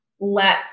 let